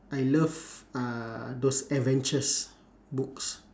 I love uh those adventures books